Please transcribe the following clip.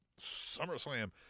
SummerSlam